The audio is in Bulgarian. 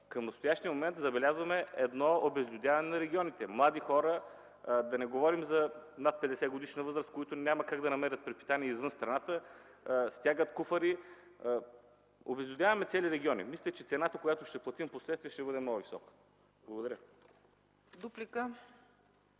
Към настоящия момент забелязваме едно обезлюдяване на регионите. Млади хора, да не говорим за над 50-годишна възраст, които няма как да намерят препитание в страната, стягат куфари. Обезлюдяваме цели региони. Мисля, че цената, която впоследствие ще платим, ще бъде много висока. Благодаря.